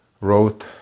wrote